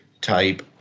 type